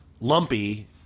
Lumpy